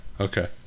okay